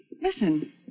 Listen